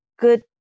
good